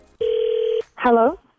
Hello